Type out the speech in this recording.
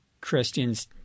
Christians